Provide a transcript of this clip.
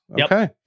Okay